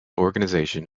organization